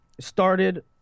started